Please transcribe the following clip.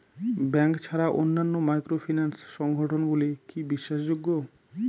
Bank ছাড়া অন্যান্য microfinance সংগঠন গুলি কি বিশ্বাসযোগ্য?